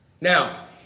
Now